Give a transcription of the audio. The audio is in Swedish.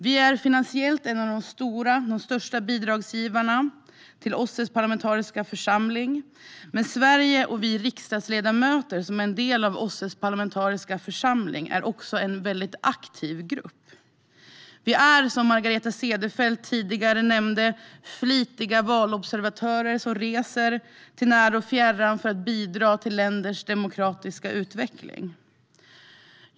Vi är finansiellt en av de största bidragsgivarna till OSSE:s parlamentariska församling. Men Sverige och vi riksdagsledamöter som är en del av OSSE:s parlamentariska församling är också en väldigt aktiv grupp. Vi är, som Margareta Cederfelt tidigare nämnde, flitiga valobservatörer som reser till när och fjärran för att bidra till länders demokratiska utveckling.